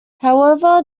however